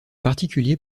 particulier